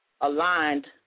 aligned